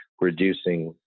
reducing